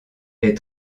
est